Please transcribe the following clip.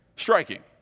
striking